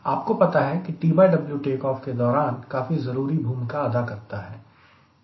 आपको पता है कि TW टेकऑफ के दौरान काफी जरूरी भूमिका अदा करता है